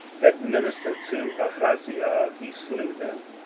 that ministered to ahaziah, he slew them.